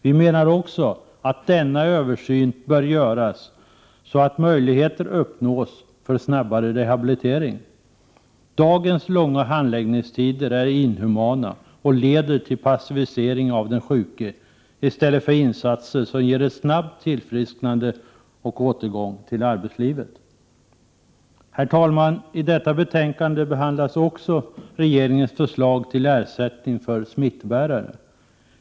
Vi menar också att denna översyn bör göras så att möjligheter till snabbare rehabilitering skapas. Dagens långa handläggningstider är inhumana och leder till passivisering av den sjuke i stället för insatser som ger ett snabbt tillfrisknande och en återgång till arbetslivet. Herr talman! I detta betänkande behandlas dessutom regeringens förslag om ersättning till smittbärare.